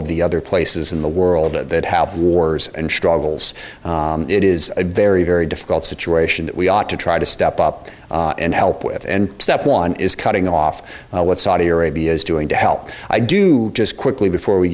of the other places in the world that have wars and struggles it is a very very difficult situation that we ought to try to step up and help with and step one is cutting off what saudi arabia is doing to help i do just quickly before we